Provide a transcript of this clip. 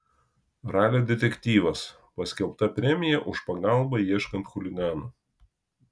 ralio detektyvas paskelbta premija už pagalbą ieškant chuliganų